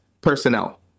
Personnel